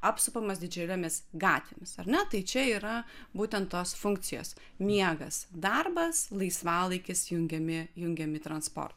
apsupamas didžiulėmis gatvėmis ar ne tai čia yra būtent tos funkcijos miegas darbas laisvalaikis jungiami jungiami transportu